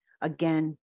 again